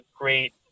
great